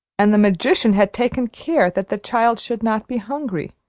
and the magician had taken care that the child should not be hungry,